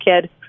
kid